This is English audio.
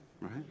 right